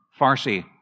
Farsi